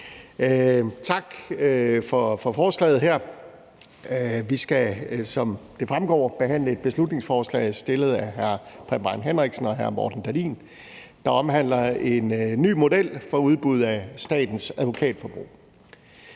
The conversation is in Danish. Tak for forslaget her. Vi skal, som det fremgår her, behandle et beslutningsforslag fremsat af hr. Preben Bang Henriksen og hr. Morten Dahlin, der omhandler en ny model for udbud af statens advokatforbrug.